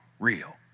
real